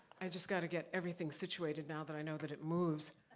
i just gotta get everything situated, now, that i know that it moves.